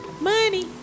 Money